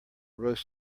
roast